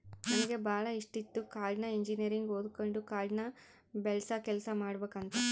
ನನಗೆ ಬಾಳ ಇಷ್ಟಿತ್ತು ಕಾಡ್ನ ಇಂಜಿನಿಯರಿಂಗ್ ಓದಕಂಡು ಕಾಡ್ನ ಬೆಳಸ ಕೆಲ್ಸ ಮಾಡಬಕಂತ